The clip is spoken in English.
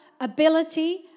ability